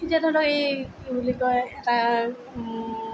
এতিয়া ধৰি লওক এই কি বুলি কয় এটা